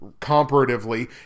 comparatively